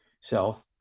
self